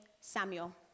Samuel